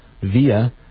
via